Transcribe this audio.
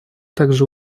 также